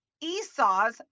Esau's